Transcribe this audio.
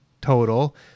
total